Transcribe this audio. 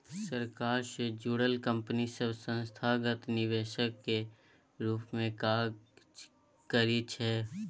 सरकार सँ जुड़ल कंपनी सब संस्थागत निवेशक केर रूप मे काज करइ छै